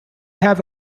have